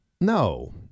No